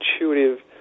intuitive